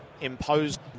imposed